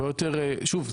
שוב,